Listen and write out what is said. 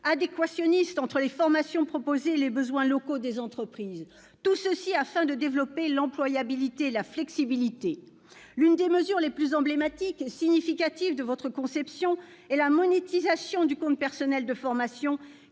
adéquationniste entre les formations proposées et les besoins locaux des entreprises, et ce afin de développer l'employabilité et la flexibilité. L'une des mesures les plus emblématiques et significatives de votre conception est la monétisation du compte personnel de formation,